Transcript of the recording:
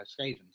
Skaven